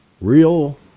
Real